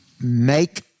Make